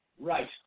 Right